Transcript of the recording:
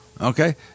okay